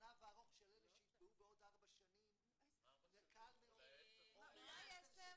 הזנב הארוך של אלה שיתבעו בעוד ארבע שנים יהיה קל מאוד -- אולי 10,